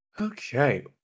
Okay